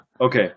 Okay